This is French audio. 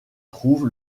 trouve